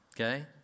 okay